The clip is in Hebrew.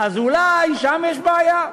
אז אולי שם יש בעיה.